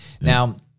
Now